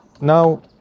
now